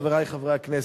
חברי חברי הכנסת,